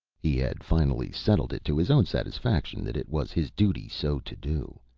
he had finally settled it to his own satisfaction that it was his duty so to do,